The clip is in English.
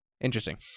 interesting